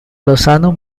lozano